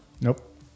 Nope